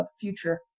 future